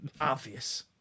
Obvious